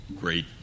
great